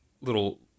little